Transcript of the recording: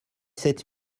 sept